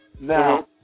Now